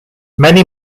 many